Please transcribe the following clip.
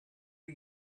are